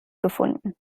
gefunden